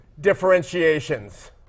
differentiations